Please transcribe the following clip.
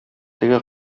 теге